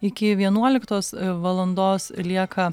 iki vienuoliktos valandos lieka